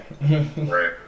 right